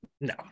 No